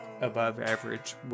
above-average